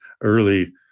early